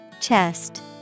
Chest